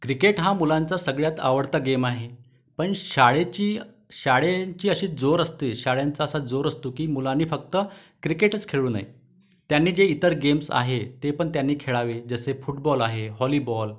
cricket हा मुलांचा सगळ्यात आवडता गेम आहे पण शाळेची शाळेंची अशी जोर असते शाळांचा असा जोर असतो की मुलांनी फक्त क्रिकेटच खेळू नये त्यांनी जे इतर गेम्स आहे ते पण त्यांनी खेळावे जसे फुटबॉल आहे हॉलीबॉल